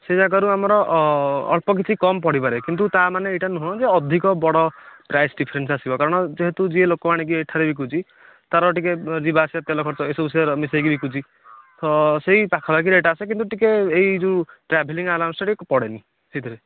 ସେ ଜାଗାରୁ ଆମର ଅଳ୍ପ କିଛି କମ୍ ପଡ଼ି ପାରେ କିନ୍ତୁ ତା ମାନେ ଏହିଟା ନୁହଁ କି ଅଧିକ ବଡ଼ ପ୍ରାଇସ୍ ଡିଫ୍ରେନ୍ସ ଆସିବ କାରଣ ଯେହେତୁ ଯେ ଲୋକ ଆଣିକି ଏଠାରେ ବିକୁଛି ତାର ଟିକେ ଯିବା ଆସିବା ତେଲ ଖର୍ଚ୍ଚ ଏସବୁ ସେ ତାର ମିଶାଇକି ବିକୁଛି ତ ସେହି ପାଖା ପାଖି ରେଟ୍ ଆସେ କିନ୍ତୁ ଟିକେ ଏହି ଯେଉଁ ଟ୍ରାଭେଲିଙ୍ଗ ଆଲାଉନ୍ସ ଟା ପଡ଼େନି ସେଥିରେ